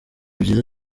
byiza